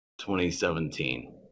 2017